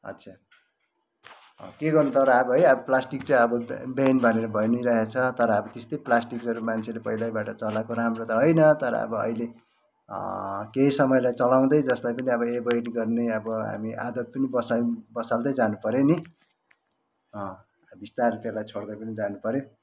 अच्छा के गर्नु तर अब है अब प्लास्टिक चाहिँ अब ब्यान्ड भनेर भनिरहेको छ तर अब त्यस्तै प्लास्टिक्सहरू मान्छेले पहिलैबाट चलाएको राम्रो त होइन तर अब अहिले केही समयलाई चलाउँदै जसलाई पनि एभोइड गर्ने अब हामी आदत पनि बसायौँ बसाल्दै जानुपऱ्यो नि अँ बिस्तारै त्यसलाई छोड्दै पनि जानुपऱ्यो